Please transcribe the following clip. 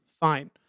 Fine